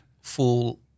Full